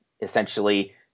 essentially